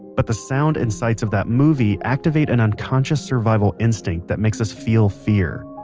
but the sounds and sights of that movie activate an unconscious survival instinct that makes us feel fear.